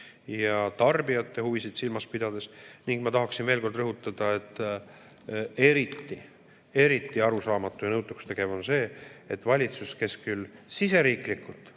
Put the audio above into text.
ja tarbijate huvisid silmas pidades. Ning ma tahaksin veel kord rõhutada, et eriti arusaamatu ja nõutuks tegev on see, et valitsus, kes küll siseriiklikult